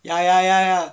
ya ya ya ya